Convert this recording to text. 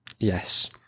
Yes